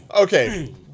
Okay